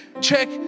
check